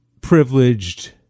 privileged